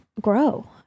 grow